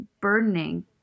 burdening